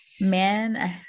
man-